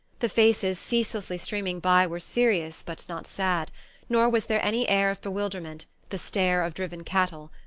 the faces ceaselessly streaming by were serious but not sad nor was there any air of bewilderment the stare of driven cattle.